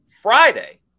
Friday